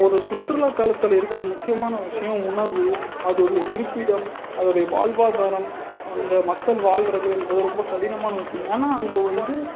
ஒரு சுற்றுலாத்தலத்தில் இருக்கிற முக்கியமான ஒரு விஷயம் உணவு அதோடய இருப்பிடம் அதோடய வாழ்வாதாரம் அங்கே மக்கள் வாழ்கிறது என்பது ரொம்ப கடினமான விஷயம் ஏன்னா அங்கே வந்து